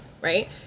right